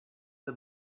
the